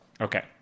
Okay